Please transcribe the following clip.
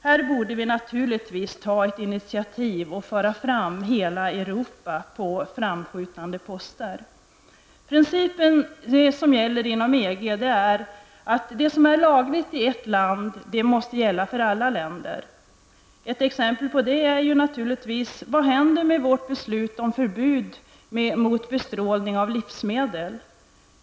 Här borde vi naturligtvis ta ett initiativ för att föra fram hela Europa till en framskjuten position. Principen som gäller inom EG är att det som är lagligt i ett land måste gälla för alla EG-länder. Vad händer då med vårt beslut om förbud mot bestrålning av livsmedel?